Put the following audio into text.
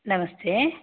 नमस्ते